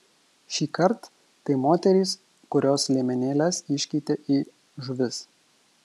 šįkart tai moterys kurios liemenėles iškeitė į žuvis